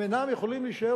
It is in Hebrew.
הם אינם יכולים להישאר,